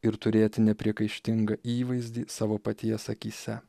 ir turėti nepriekaištingą įvaizdį savo paties akyse